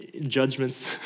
judgments